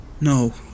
No